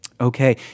Okay